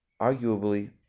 arguably